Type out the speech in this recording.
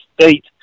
state